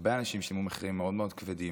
הרבה אנשים שילמו מחירים מאוד מאוד כבדים.